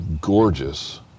gorgeous